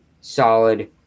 solid